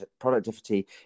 productivity